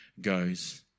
goes